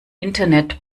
internet